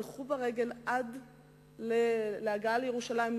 הלכו ברגל עד לירושלים,